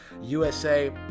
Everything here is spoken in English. USA